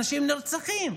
אנשים נרצחים.